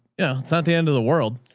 yeah. it's not the end of the world.